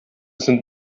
sind